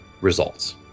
results